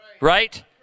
Right